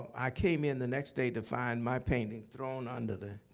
i came in the next day, to find my paintings thrown under the